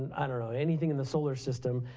i don't know anything in the solar system.